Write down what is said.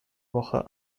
woche